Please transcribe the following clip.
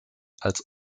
als